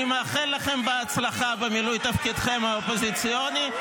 אני מאחל לכם הצלחה במילוי תפקידכם האופוזיציוני,